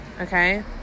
okay